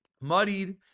muddied